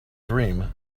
dream